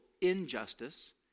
Injustice